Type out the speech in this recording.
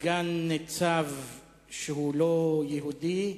סגן-ניצב שהוא לא יהודי,